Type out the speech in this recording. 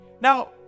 Now